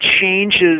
changes